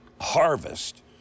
Harvest